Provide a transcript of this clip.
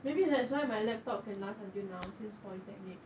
maybe that's why my laptop can last until now since polytechnic